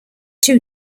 two